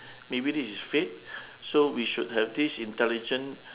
maybe this is fake so we should have this intelligent